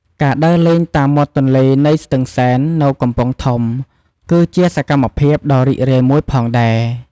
ការដើរលេងតាមមាត់ទន្លេនៃស្ទឹងសែននៅកំពង់ធំគឺជាសកម្មភាពដ៏រីករាយមួយផងដែរ។